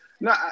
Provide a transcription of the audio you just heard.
No